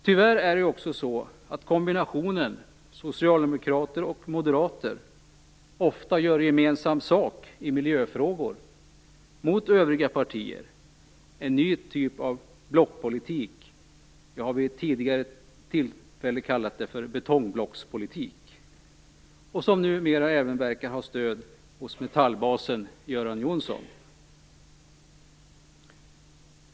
Tyvärr är det också så att kombinationen Socialdemokrater och Moderater ofta gör gemensam sak i miljöfrågor, mot övriga partier - en ny typ av blockpolitik. Jag har vid ett tidigare tillfälle kallat det en betongblockspolitik - en politik som numera också verkar ha stöd hos Metallbasen Göran Johnsson.